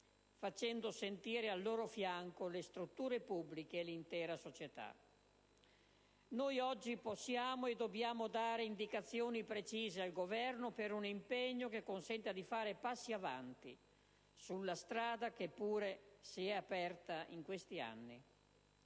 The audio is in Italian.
facendo sentire al loro fianco le strutture pubbliche e l'intera società. Noi oggi possiamo e dobbiamo dare indicazioni precise al Governo per un impegno che consenta di fare passi avanti sulla strada che pure si è aperta in questi anni.